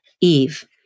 Eve